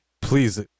Please